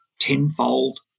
tenfold